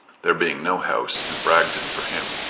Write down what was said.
there being no house in bragton for him.